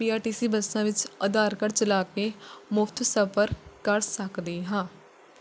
ਪੀ R T C ਬੱਸਾਂ ਵਿੱਚ Aadhaar card ਚਲਾ ਕੇ ਮੁਫਤ ਸਫਰ ਕਰ ਸਕਦੇ ਹਾਂ